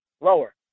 Lower